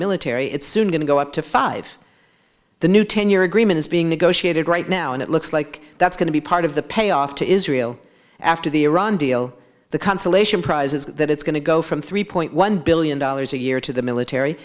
military it's soon going to go up to five the new ten year agreement is being negotiated right now and it looks like that's going to be part of the payoff to israel after the iran deal the consolation prize is that it's going to go from three point one billion dollars a year to the military